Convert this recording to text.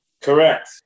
Correct